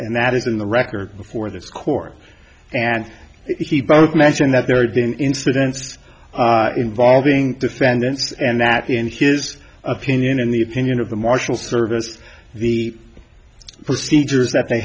and that is in the record before this court and he both mentioned that there had been incidents involving defendants and that in his opinion in the opinion of the marshal service the procedures that they